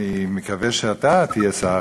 אני מקווה שאתה תהיה שר החוץ,